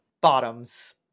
bottoms